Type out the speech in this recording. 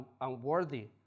unworthy